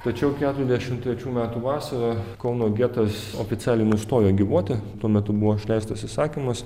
tačiau keturiasdešimt trečių metų vasarą kauno getas oficialiai nustojo gyvuoti tuo metu buvo išleistas įsakymas